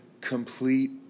complete